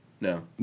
No